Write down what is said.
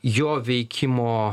jo veikimo